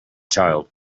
child